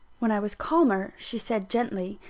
when i was calmer, she said gently